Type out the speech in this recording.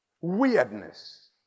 Weirdness